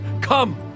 Come